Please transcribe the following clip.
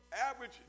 average